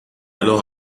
alors